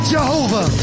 Jehovah